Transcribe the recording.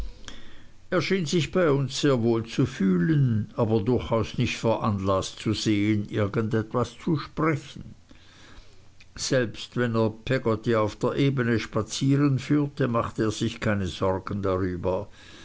schien sich bei uns sehr wohl zu fühlen aber durchaus nicht veranlaßt zu sehen irgend etwas zu sprechen selbst wenn er peggotty auf der ebene spazieren führte machte er sich keine sorgen darüber